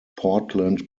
portland